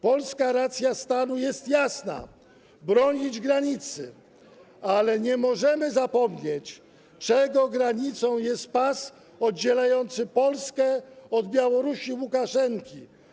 Polska racja stanu jest jasna: bronić granicy, ale nie możemy zapomnieć, czego granicą jest pas oddzielający Polskę od Białorusi i Łukaszenki.